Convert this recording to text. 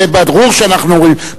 זה ברור שאנחנו אומרים.